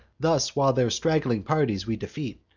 thus while their straggling parties we defeat,